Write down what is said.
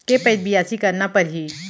के पइत बियासी करना परहि?